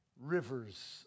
rivers